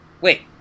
Wait